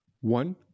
One